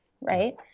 right